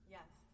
Yes